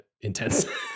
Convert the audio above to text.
intense